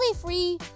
free